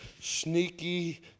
sneaky